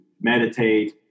meditate